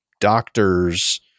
doctors